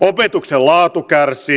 opetuksen laatu kärsii